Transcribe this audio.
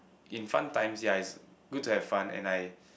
in fun times ya it's good to have fun and I